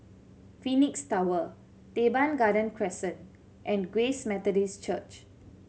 Phoenix Tower Teban Garden Crescent and Grace Methodist Church